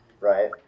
Right